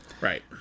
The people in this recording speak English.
Right